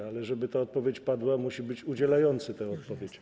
Ale żeby ta odpowiedź padła, musi być udzielający tej odpowiedzi.